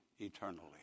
eternally